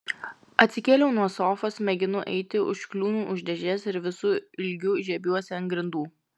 atsikeliu nuo sofos mėginu eiti užkliūnu už dėžės ir visu ilgiu žiebiuosi ant grindų